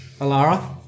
Alara